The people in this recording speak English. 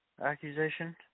accusation